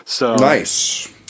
Nice